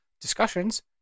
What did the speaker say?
discussions